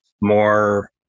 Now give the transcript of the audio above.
more